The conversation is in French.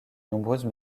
nombreuses